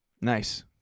Nice